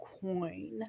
coin